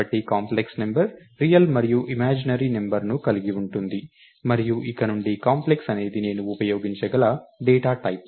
కాబట్టి complex number real మరియు imaginary నంబర్ను కలిగి ఉంటుంది మరియు ఇక నుండి కాంప్లెక్స్ అనేది నేను ఉపయోగించగల డేటా టైప్